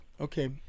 Okay